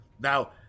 Now